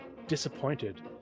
disappointed